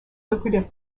lucrative